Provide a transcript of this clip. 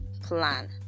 plan